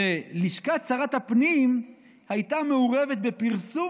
שלשכת שרת הפנים הייתה מעורבת בפרסום